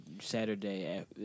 Saturday